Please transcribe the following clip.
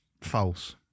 false